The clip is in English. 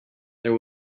there